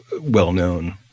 well-known